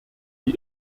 die